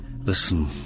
Listen